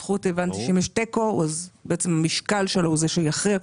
הבנתי שאם יש תיקו, המשקל שלו הוא זה שיכריע.